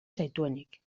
zaituenik